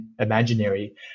imaginary